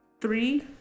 three